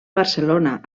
barcelona